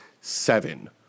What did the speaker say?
seven